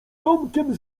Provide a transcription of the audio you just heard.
domkiem